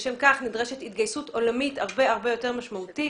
לשם כך נדרשת התגייסות עולמית הרבה יותר משמעותית